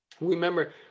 Remember